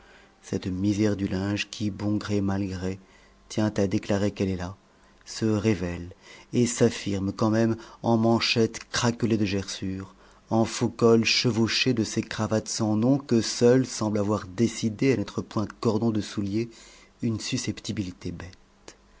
cette misère du linge qui bon gré mal gré tient à déclarer qu'elle est là se révèle et s'affirme quand même en manchettes craquelées de gerçures en faux-cols chevauchés de ces cravates sans nom que seule semble avoir décidées à n'être point cordons de soulier une susceptibilité bête